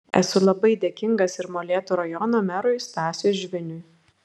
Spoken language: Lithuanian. esu labai dėkingas ir molėtų rajono merui stasiui žviniui